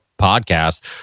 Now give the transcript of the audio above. podcast